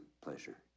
pleasure